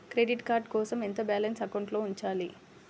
Credit card కోసం ఎంత balance అకౌంట్లో ఉంచాలి?